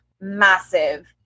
massive